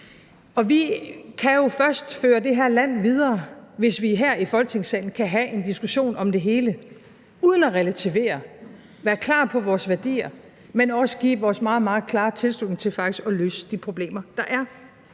Vi kan jo først føre det her land videre, hvis vi her i Folketingssalen kan have en diskussion om det hele uden at relativere; være klar på vores værdier, men også give vores meget, meget klare tilslutning til faktisk at løse de problemer, der er.